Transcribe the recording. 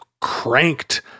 cranked